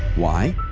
why?